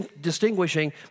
distinguishing